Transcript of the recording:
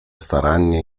starannie